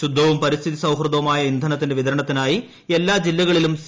ശുദ്ധവും പരിസ്ഥിതി സൌഹൃദമായ ഇന്ധനത്തിന്റെ വിതരണത്തിനായി എല്ലാ ജില്ലകളിലും സി